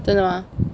真的吗